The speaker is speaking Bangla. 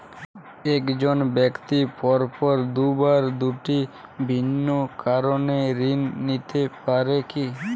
এক জন ব্যক্তি পরপর দুবার দুটি ভিন্ন কারণে ঋণ নিতে পারে কী?